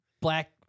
black